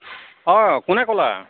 অঁ কোনে ক'লা